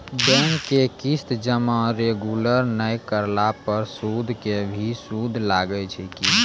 Bank के किस्त जमा रेगुलर नै करला पर सुद के भी सुद लागै छै कि?